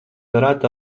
varētu